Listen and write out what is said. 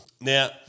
Now